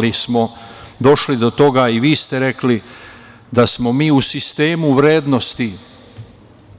Došli smo do toga, i vi ste rekli, da smo mi u sistemu vrednosti